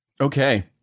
Okay